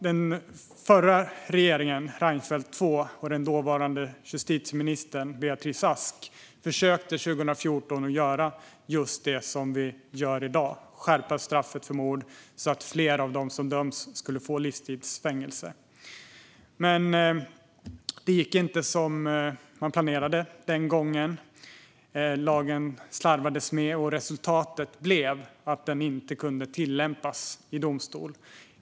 Den tidigare regeringen Reinfeldt 2 och den dåvarande justitieministern Beatrice Ask försökte 2014 att göra just det vi gör i dag, nämligen skärpa straffet för mord så att fler av dem som döms ska få livstids fängelse. Det gick inte som planerat den gången. Det var slarv i arbetet med lagen, och resultatet blev att den inte kunde tillämpas i domstol.